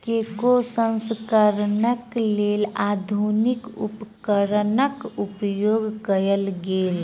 cocoa प्रसंस्करणक लेल आधुनिक उपकरणक उपयोग कयल गेल